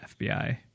FBI